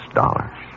dollars